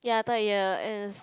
ya third year is